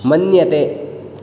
मन्यते